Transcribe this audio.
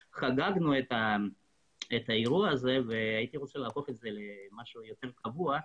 חגגנו את האירוע הזה והייתי רוצה להפוך את זה למשהו יותר קבוע.